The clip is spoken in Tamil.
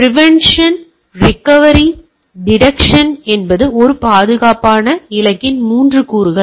எனவே பிரேவென்ஷன் ரிக்கவரி டிடெக்ஷன்என்பது ஒரு பொதுவான பாதுகாப்பு இலக்கின் 3 கூறுகள்